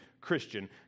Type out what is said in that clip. Christian